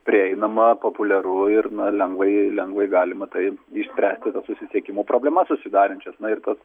prieinama populiaru ir na lengvai lengvai galima tai išspręsti tas susisiekimo problemas susidarančias na ir tas